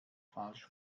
falsch